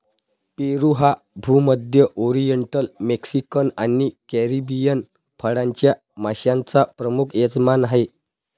पेरू हा भूमध्य, oriental, Mexican आणि कॅरिबियन फळांच्या माश्यांचा प्रमुख यजमान आहे